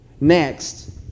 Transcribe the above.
Next